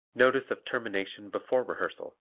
notice of termination before rehearsal